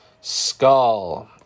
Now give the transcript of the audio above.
Skull